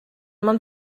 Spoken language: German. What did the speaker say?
man